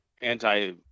anti